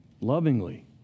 lovingly